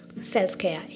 self-care